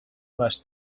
les